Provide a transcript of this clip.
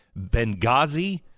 Benghazi